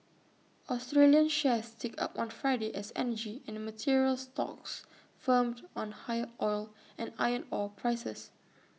Australian shares ticked up on Friday as and materials stocks firmed on higher oil and iron ore prices